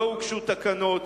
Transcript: לא הוגשו תקנות,